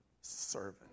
servant